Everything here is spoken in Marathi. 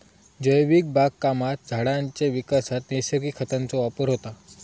जैविक बागकामात झाडांच्या विकासात नैसर्गिक खतांचो वापर होता